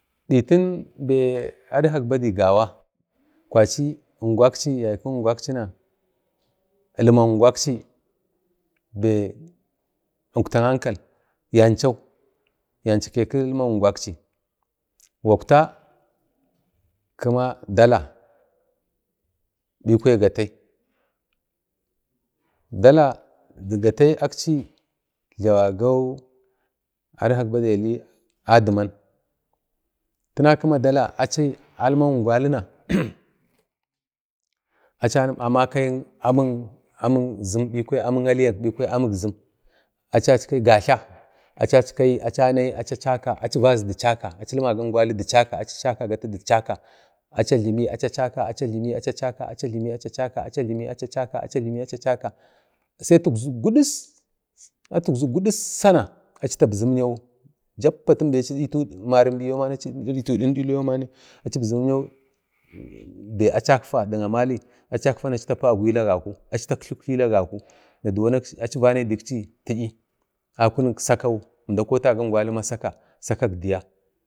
Ditinbe adkak badai gawa kwachi ungwakchi yaykuk ungwakchina ilma ungwakchi be ukta ankal yanchau, yancha keki ilma ungwakchi gwakta kima Dala bikwaya Gatai, dala dik gatai akchi jlawagau adkak badai adiman tina kima dala almak ungwilina achi amakayik amik zim bikwa alyak achi achkayu gatla achachkayu achanayi achi vaza da chaka achi ilmaga ingwali da chaka, achi achaka acha jlimi, acha chaka acha jlimi, acha chaka acha jlimi, acha chaka acha jlimi sai atu ukzu gudussana achi tabzi imyawu jappa achi data marimba achi din-dilayau achabzau jappa be achafta dik amali achi tap, agwili agaku achi tatkli uktlili agaku achi vanayi deksi ti'yi akunik sakawu əmda kotaga ingwali ma saka sakak dəya,